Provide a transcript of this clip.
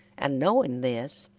and knowing this,